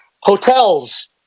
Hotels